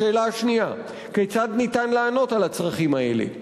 השאלה השנייה: כיצד אפשר לענות על הצרכים האלה?